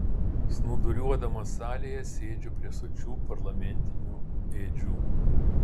snūduriuodamas salėje sėdžiu prie sočių parlamentinių ėdžių